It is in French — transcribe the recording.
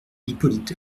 hippolyte